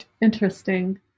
interesting